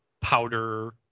powder